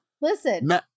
Listen